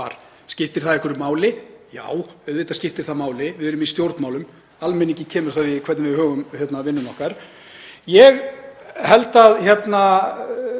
Skiptir það einhverju máli? Já, auðvitað skiptir það máli. Við erum í stjórnmálum. Almenningi kemur það við hvernig við högum vinnu okkar. Ég held, og ég